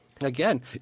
again